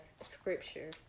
scripture